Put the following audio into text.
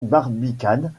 barbicane